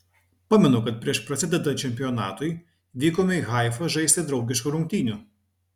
pamenu kad prieš prasidedant čempionatui vykome į haifą žaisti draugiškų rungtynių